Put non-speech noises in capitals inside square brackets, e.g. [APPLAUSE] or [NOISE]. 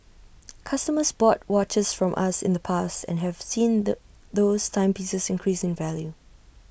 [NOISE] customers bought watches from us in the past and have seen the those timepieces increase in value